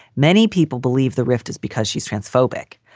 many people believe the rift is because she's transphobic.